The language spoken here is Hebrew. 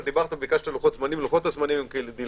ביקשתם לוחות זמנים, אז הם כאלה